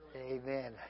Amen